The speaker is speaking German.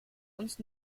uns